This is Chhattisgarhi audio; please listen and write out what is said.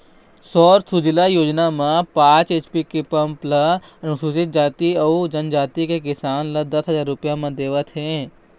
सौर सूजला योजना म पाँच एच.पी के पंप ल अनुसूचित जाति अउ जनजाति के किसान ल दस हजार रूपिया म देवत हे